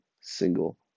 single